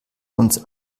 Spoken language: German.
uns